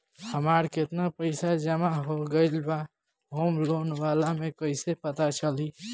हमार केतना पईसा जमा हो गएल बा होम लोन वाला मे कइसे पता चली?